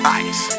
ice